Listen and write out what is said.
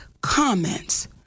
comments